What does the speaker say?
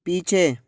पीछे